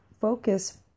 focus